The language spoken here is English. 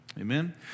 Amen